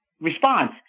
response